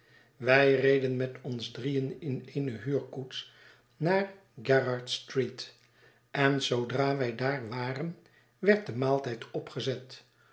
wij reden met ons drieen in eene huurkoets naar gerrard s tr eet en zoodra wij daar waren werd de maaltijd opgezet